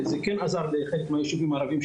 כן עזר לחלק מהיישובים הערביים,